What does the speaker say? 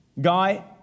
guy